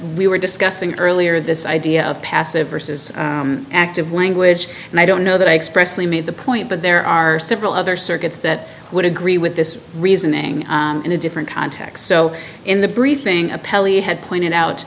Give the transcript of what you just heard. we were discussing earlier this idea of passive versus active language and i don't know that i expressly made the point but there are several other circuits that would agree with this reasoning in a different context so in the briefing appellee had pointed out